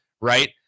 right